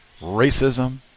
Racism